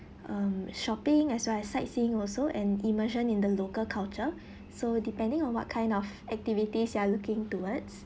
um shopping as well as sightseeing also an immersion in the local culture so depending on what kind of activities you are looking towards